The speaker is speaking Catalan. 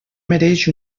mereix